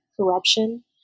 corruption